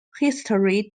history